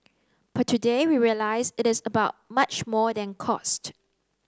but today we realise it is about much more than cost